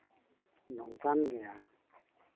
ᱱᱚᱝᱠᱟᱱ ᱜᱮᱭᱟ